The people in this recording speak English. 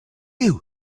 you